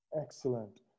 Excellent